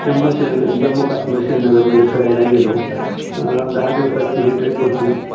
जम्मू श्रीन जम्मू काश्मीर श्रीनगरमध्ये फिरायला गेलो दहा दिवसाची ही ट्रिप होती